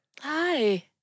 Hi